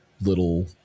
little